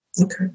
Okay